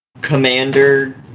commander